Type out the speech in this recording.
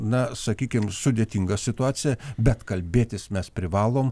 na sakykim sudėtinga situacija bet kalbėtis mes privalom